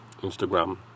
Instagram